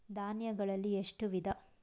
ಧಾನ್ಯಗಳಲ್ಲಿ ಎಷ್ಟು ವಿಧ?